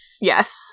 yes